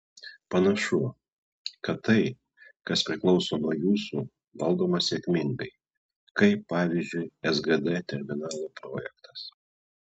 panašu kad tai kas priklauso nuo jūsų valdoma sėkmingai kaip pavyzdžiui sgd terminalo projektas